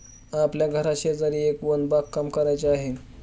आपल्या घराशेजारी एक वन बागकाम करायचे आहे